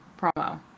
promo